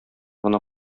гына